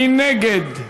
מי נגד?